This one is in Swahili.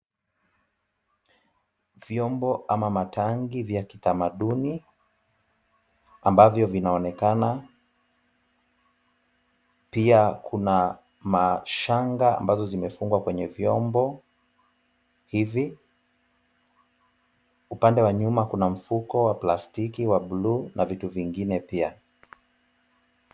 Vyombo au matangi ya kitamaduni ambavyo vinaonekana. Pia kuna mashanga ambavyo vimefungwa kwenye vyombo hivi. Upande wa nyuma kuna mfuko wa plastiki wa buluu na vitu vingine pia.